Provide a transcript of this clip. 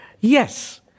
Yes